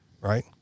right